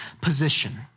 position